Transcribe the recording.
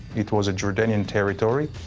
it was a jordanian territory.